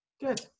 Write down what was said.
good